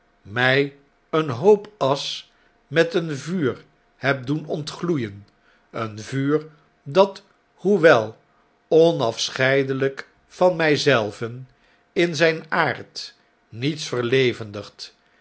mij een hoop asch met een vuur hebt doen ontgloeien een vuur dat hoewel onafscheidelijk van mij zelven in zijn aard niets verlevendigt